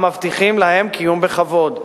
המבטיחים להם קיום בכבוד.